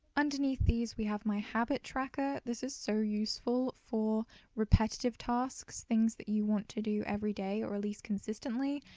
underneath these we have my habit tracker this is so useful for repetitive tasks things that you want to do every day or at least consistently,